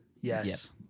Yes